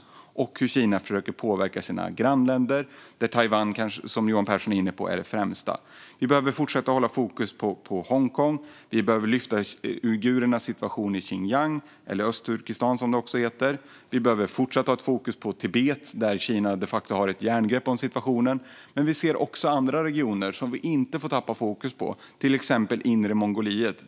Det gäller också hur Kina försöker påverka sina grannländer, där Taiwan, som Johan Pehrson är inne på, är det främsta. Vi behöver fortsätta hålla fokus på Hongkong. Vi behöver lyfta uigurernas situation i Xinjiang eller Östturkestan, som det också heter. Vi behöver fortsätta ha ett fokus på Tibet, där Kina de facto har ett järngrepp om situationen. Men vi ser också andra regioner som vi inte får tappa fokus på, till exempel Inre Mongoliet.